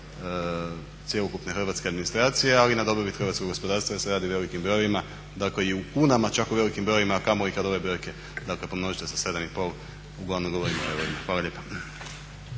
cjelokupne hrvatske administracije, ali i na dobrobit hrvatskog gospodarstva jer se radi o velikim brojevima a kamoli kad ove brojke dakle pomnožite sa 7,5, uglavnom govorim o eurima. Hvala lijepa.